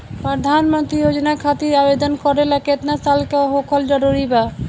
प्रधानमंत्री योजना खातिर आवेदन करे ला केतना साल क होखल जरूरी बा?